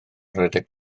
rhedeg